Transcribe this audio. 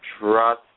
Trust